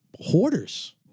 hoarders